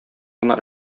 гына